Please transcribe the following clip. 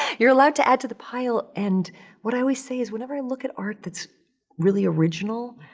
you're allowed to add to the pile and what i always say is whenever i look at art that's really original,